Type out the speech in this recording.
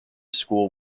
school